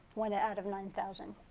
one out of nine thousand.